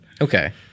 Okay